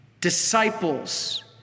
disciples